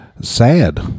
Sad